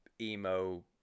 emo